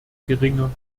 geringer